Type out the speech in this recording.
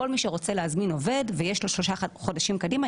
כל מי שרוצה להזמין עובד ויש לו שלושה חודשים קדימה,